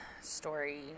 story